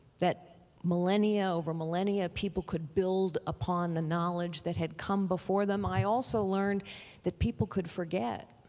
that millennia over millennia people could build upon the knowledge that had come before them. i also learned that people could forget.